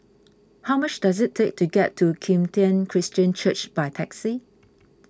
how much does it take to get to Kim Tian Christian Church by taxi